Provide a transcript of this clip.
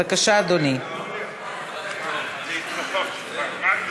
עברה בקריאה ראשונה וחוזרת לוועדת הכלכלה להכנה לקריאה שנייה ושלישית.